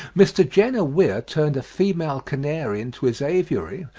mr. jenner weir turned a female canary into his aviary,